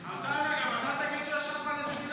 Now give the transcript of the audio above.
עטאונה, גם אתה תגיד שיש עם פלסטיני?